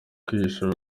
kwihisha